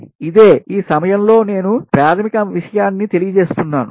ఇదే ఆర్థిక ప్రయోజనం ఈ సమయములో నేను ప్రాథమిక విషయాన్ని తెలియజేస్తున్నా